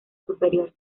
superior